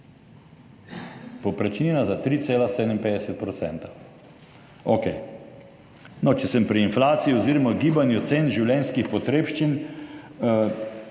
Povprečnina za 3,57 %. Okej. No, če sem pri inflaciji oziroma gibanju cen življenjskih potrebščin.